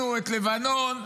גדעון,